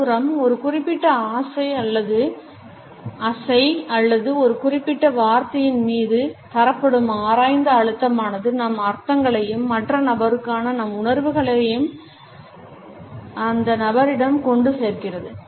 மறுபுறம் ஒரு குறிப்பிட்ட அசை அல்லது ஒரு குறிப்பிட்ட வார்த்தையின் மீது தரப்படும் ஆராய்ந்த அழுத்தமானது நம் அர்த்தங்களையும் மற்ற நபருக்கான நம் உணர்வுகளைளையும் அந்த நபரிடம் கொண்டு சேர்க்கிறது